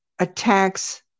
Attacks